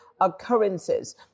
occurrences